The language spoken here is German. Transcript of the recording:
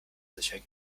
sicher